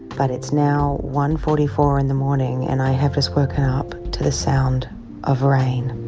but it's now one forty four in the morning. and i have just woken up to the sound of rain.